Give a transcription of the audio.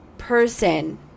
person